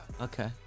Okay